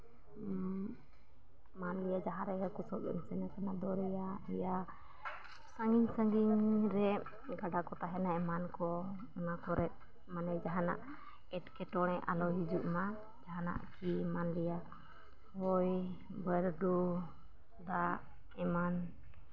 ᱢᱟᱱᱞᱤᱭᱟ ᱡᱟᱦᱟᱸ ᱨᱮᱜᱮ ᱦᱟᱹᱠᱩ ᱥᱟᱵ ᱮᱢ ᱥᱮᱱ ᱟᱠᱟᱱᱟ ᱫᱚᱨᱭᱟ ᱤᱭᱟ ᱥᱟᱺᱜᱤᱧ ᱥᱟᱺᱜᱤᱧ ᱨᱮ ᱜᱟᱰᱟ ᱠᱚ ᱛᱟᱦᱮᱱᱟ ᱮᱢᱟᱱ ᱠᱚ ᱚᱱᱟ ᱠᱚᱨᱮᱫ ᱢᱟᱱᱮ ᱡᱟᱦᱟᱱᱟᱜ ᱮᱸᱴᱠᱮᱴᱚᱬᱮ ᱟᱞᱚ ᱦᱤᱡᱩᱜᱢᱟ ᱡᱟᱦᱟᱱᱟᱜ ᱠᱤ ᱢᱟᱱᱞᱤᱭᱟ ᱦᱚᱭ ᱵᱟᱹᱨᱰᱩ ᱫᱟᱜ ᱮᱢᱟᱱ